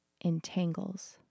entangles